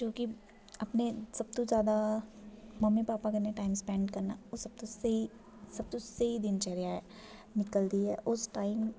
क्योंकि अपने सब तो जादा मम्मी भापा कन्नै टाइम स्पेंड करना ओह् सब तो स्हेई सब तो स्हेई दिनचर्या ऐ निकलदी ऐ उस टाइम